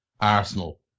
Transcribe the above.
Arsenal